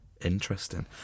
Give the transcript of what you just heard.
interesting